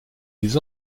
des